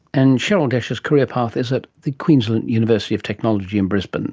and cheryl desha's career path is at the queensland university of technology in brisbane